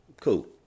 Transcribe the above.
Cool